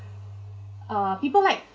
uh people like